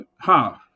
half